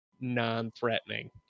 non-threatening